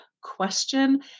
question